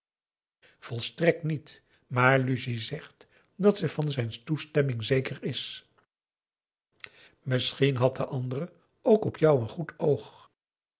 volstrekt niet maar lucie zegt dat ze van zijn toestemming zeker is misschien had de andere ook op jou een goed oog